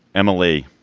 emily,